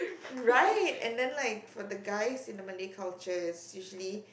right and then like for the guys in the Malay culture it is usually